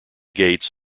gates